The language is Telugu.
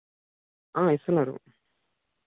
ఇస్తున్నారు